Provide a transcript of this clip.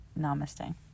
Namaste